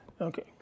Okay